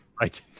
Right